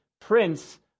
Prince